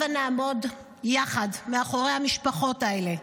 הבה נעמוד יחד מאחורי המשפחות האלה,